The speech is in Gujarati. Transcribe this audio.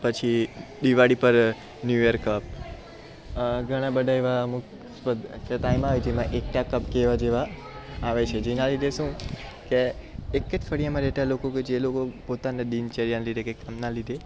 પછી દિવાળી પર ન્યુ યર કપ ઘણાં બધાં એવાં અમુક એવાં ટાઈમ આવે જેમાં એકતા કપ જેવાં જેવાં આવે છે જેના લીધે શું કે એક એક ફળિયામાં રહેતા લોકો કે જે લોકો પોતાના દિનચર્યાંના લીધે કે કામના લીધે